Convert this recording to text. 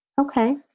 Okay